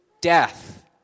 death